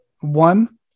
one